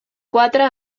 quatre